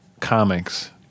comics